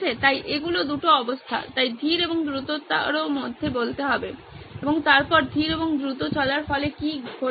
তাই এগুলো দুটি অবস্থা তাই ধীর এবং দ্রুতর মধ্যে বলতে এবং তারপর ধীর এবং দ্রুত চলার ফলে কি ঘটবে